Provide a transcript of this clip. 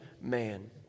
man